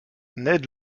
ned